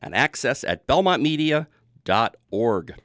at access at belmont media dot org